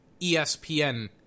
ESPN